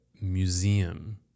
museum